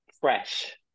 fresh